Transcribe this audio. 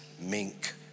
mink